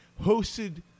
hosted